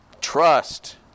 trust